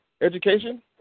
education